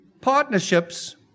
Partnerships